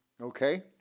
Okay